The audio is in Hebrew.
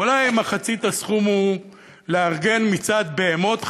אולי מחצית הסכום היא לארגן מצעד בהמות חדש,